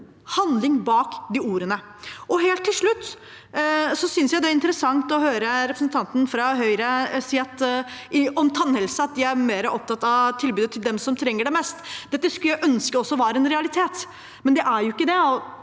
sette handling bak de ordene. Helt til slutt synes jeg det er interessant å høre representanten fra Høyre si om tannhelse at de er mer opptatt av tilbudet til dem som trenger det mest. Dette skulle også jeg ønske var en realitet, men det er det jo ikke.